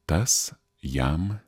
tas jam